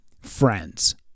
friends